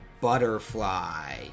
Butterfly